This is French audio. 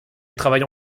travaille